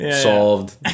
solved